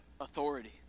authority